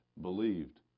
believed